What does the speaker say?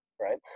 right